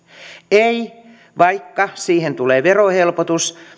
ei vaikka siihen tulee verohelpotus